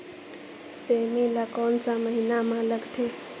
सेमी ला कोन सा महीन मां लगथे?